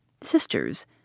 Sisters